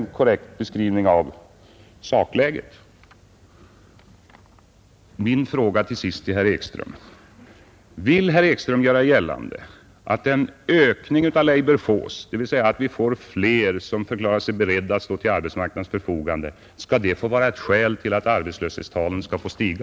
Till sist är min fråga till herr Ekström: Vill herr Ekström göra gällande att en ökning av labour force, dvs. att vi får allt fler som förklarar sig beredda att stå till arbetsmarknadens förfogande, är ett skäl för att arbetslöshetstalet skall få stiga?